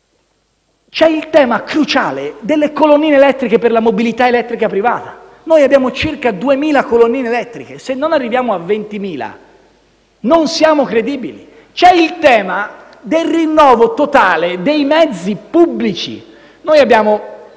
poi il tema cruciale delle colonnine elettriche per la mobilità elettrica privata. Noi abbiamo circa 2.000 colonnine elettriche; se non arriviamo a 20.000, non siamo credibili. C'è il tema del rinnovo totale dei mezzi pubblici.